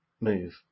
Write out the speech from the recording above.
move